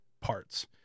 parts